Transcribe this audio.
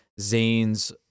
Zane's